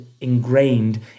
ingrained